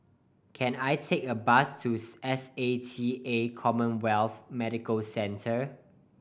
can I take a bus to S A T A CommHealth Medical Centre